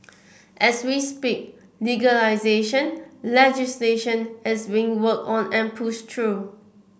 as we speak legalisation legislation is being worked on and pushed through